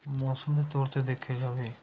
ਮੌਸਮ ਦੇ ਤੌਰ 'ਤੇ ਦੇਖਿਆ ਜਾਵੇ